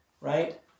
right